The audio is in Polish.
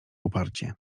uparcie